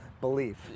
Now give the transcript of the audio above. belief